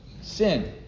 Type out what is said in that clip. sin